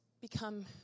become